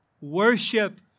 Worship